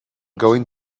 going